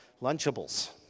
Lunchables